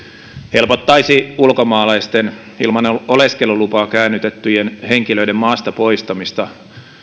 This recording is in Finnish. helpottaisi ulkomaalaisten ilman oleskelulupaa käännytettyjen henkilöiden maasta poistamista